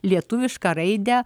lietuvišką raidę